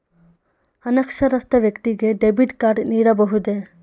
ಅನಕ್ಷರಸ್ಥ ವ್ಯಕ್ತಿಗೆ debit card ನೀಡಬಹುದೇ?